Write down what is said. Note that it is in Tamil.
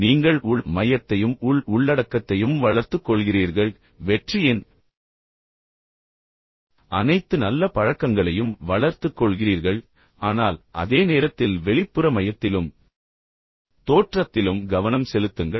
நீங்கள் உள் மையத்தையும் உள் உள்ளடக்கத்தையும் வளர்த்துக் கொள்கிறீர்கள் பின்னர் வெற்றியின் அனைத்து நல்ல பழக்கங்களையும் வளர்த்துக் கொள்கிறீர்கள் ஆனால் அதே நேரத்தில் வெளிப்புற மையத்திலும் தோற்றத்திலும் கவனம் செலுத்துங்கள்